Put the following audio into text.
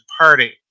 party